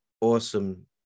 awesome